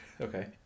Okay